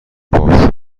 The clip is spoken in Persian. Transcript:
شکوه